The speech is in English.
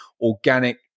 organic